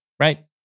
Right